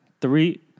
Three